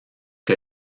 que